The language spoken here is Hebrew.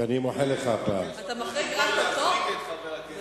אני מבקש להחריג את חבר הכנסת מהפרוטוקול.